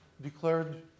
declared